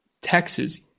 Texas